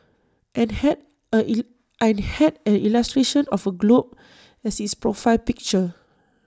and had A and had A illustration of A globe as its profile picture